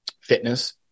fitness